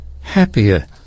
happier